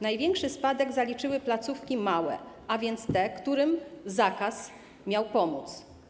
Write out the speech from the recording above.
Największy spadek zaliczyły placówki małe, a więc te, którym zakaz miał pomóc.